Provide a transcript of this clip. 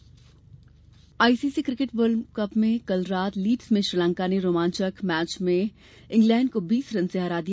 cricket ICC cricket world cup में कल रात लीड्स में श्रीलंका ने रोमांचक मुकाबले में इंग्लैंड को बीस रन से हरा दिया